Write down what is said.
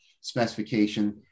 specification